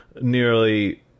nearly